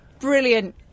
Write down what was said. Brilliant